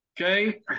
Okay